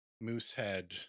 Moosehead